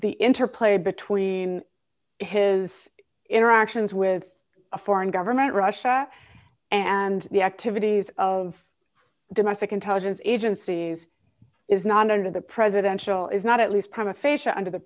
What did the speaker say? the interplay between his interactions with a foreign government russia and the activities of domestic intelligence agencies is not under the presidential is not at least